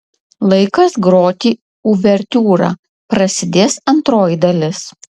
laikas groti uvertiūrą prasidės antroji dalis